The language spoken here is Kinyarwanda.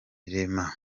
rugema